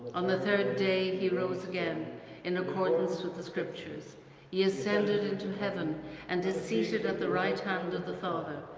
on the third day he rose again in accordance with the scriptures he ascended into heaven and is seated at the right hand of the father.